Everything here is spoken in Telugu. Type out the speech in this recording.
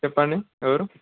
చెప్పండి ఎవరు